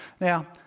Now